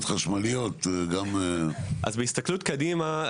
חשמליות גם --- בהסתכלות קדימה,